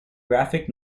graphic